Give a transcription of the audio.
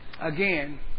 Again